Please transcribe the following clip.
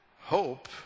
hope